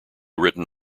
written